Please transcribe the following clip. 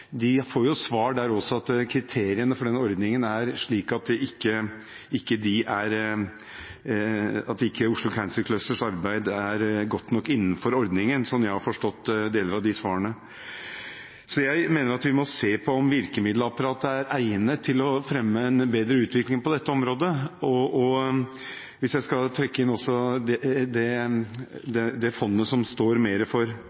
De får som svar der også at kriteriene for ordningen er slik at ikke Oslo Cancer Clusters arbeid er godt nok innenfor ordningen, slik jeg har forstått deler av de svarene. Jeg mener at vi må se på om virkemiddelapparatet er egnet til å fremme en bedre utvikling på dette området. Hvis jeg også skal trekke inn det fondet som står mer for neste fase – når man skal inn og investere i det